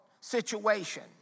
situation